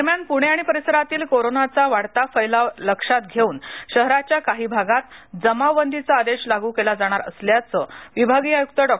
दरम्यान पुणे आणि परिसरातील कोरोनाचा वाढता फैलाव लक्षात घेऊनशहराच्या काही भागात जमावबंदीचा आदेश लागू केला जाणार असल्याचं विभागीय आयुक्त डॉ